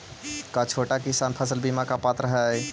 का छोटा किसान फसल बीमा के पात्र हई?